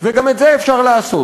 וגם את זה אפשר לעשות,